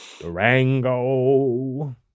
Durango